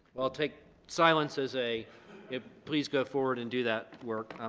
i'll take silence as a yep please go forward and do that work.